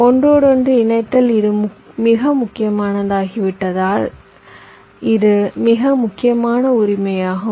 routing இணைப்பு முக்கியமானது